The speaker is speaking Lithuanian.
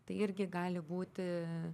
tai irgi gali būti